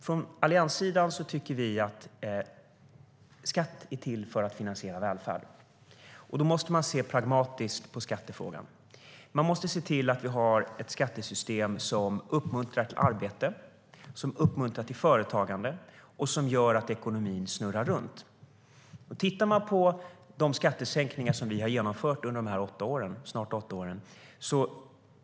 Från allianssidan tycker vi att skatt är till för att finansiera välfärd. Då måste man se pragmatiskt på skattefrågan. Man måste se till att vi har ett skattesystem som uppmuntrar till arbete, som uppmuntrar till företagande och som gör att ekonomin snurrar runt. Man kan titta på de skattesänkningar som vi har genomfört under de snart åtta åren.